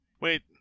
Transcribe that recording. Wait